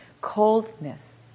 coldness